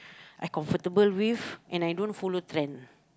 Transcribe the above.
I comfortable with and I don't follow trend